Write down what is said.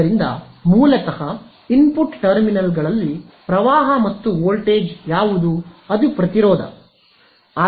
ಆದ್ದರಿಂದ ಮೂಲತಃ ಇನ್ಪುಟ್ ಟರ್ಮಿನಲ್ಗಳಲ್ಲಿ ಪ್ರವಾಹ ಮತ್ತು ವೋಲ್ಟೇಜ್ ಯಾವುದು ಅದು ಪ್ರತಿರೋಧ ಬಲ